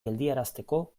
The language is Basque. geldiarazteko